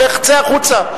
לך, צא החוצה.